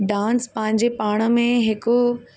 dance पंहिंजे पाण में हिकु